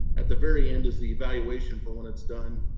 at the very end is the evaluation for when it's done.